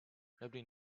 nobody